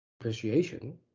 appreciation